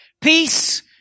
Peace